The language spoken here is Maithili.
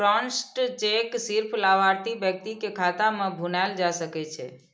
क्रॉस्ड चेक सिर्फ लाभार्थी व्यक्ति के खाता मे भुनाएल जा सकै छै